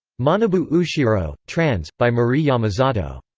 manabu ooshiro, trans. by marie yamazato.